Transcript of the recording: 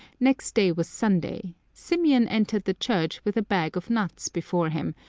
next day was sunday. symeon entered the church with a bag of nuts before him,